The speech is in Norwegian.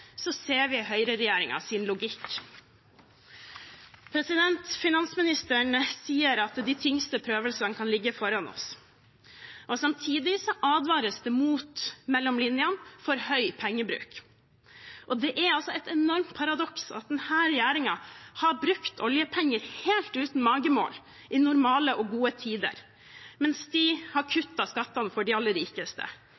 ser vi høyreregjeringens logikk. Finansministeren sier at de tyngste prøvelsene kan ligge foran oss. Samtidig advares det – mellom linjene – mot for høy pengebruk. Det er et enormt paradoks at denne regjeringen har brukt oljepenger helt uten magemål i normale og gode tider, mens den har